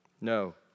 no